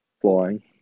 flying